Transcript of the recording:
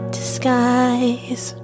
disguise